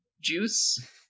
juice